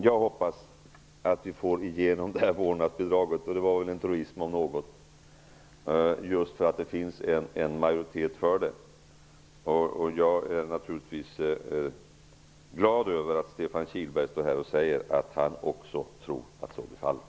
Jag hoppas att vi får igenom förslaget om vårdnadsbidraget. Det är en truism om något. Det finns nämligen en majoritet för det. Jag är naturligtvis glad över att Stefan Kihlberg står här och säger att han också tror att så blir fallet.